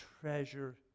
treasure